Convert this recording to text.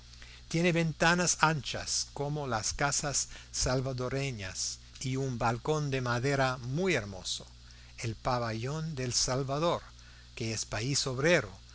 tiene ventanas anchas como las casas salvadoreñas y un balcón de madera muy hermoso el pabellón del salvador que es país obrero